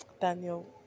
Daniel